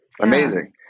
amazing